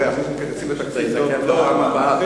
יפה מאוד.